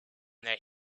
their